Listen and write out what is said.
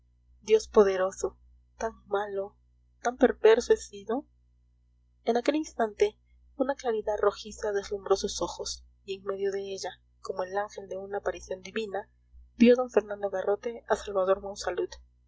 dios poderoso tan malo tan perverso he sido en aquel instante una claridad rojiza deslumbró sus ojos y en medio de ella como el ángel de una aparición divina vio d fernando garrote a salvador monsalud